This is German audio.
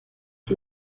sie